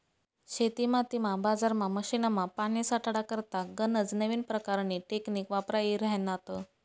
शेतीमातीमा, बजारमा, मशीनमा, पानी साठाडा करता गनज नवीन परकारनी टेकनीक वापरायी राह्यन्यात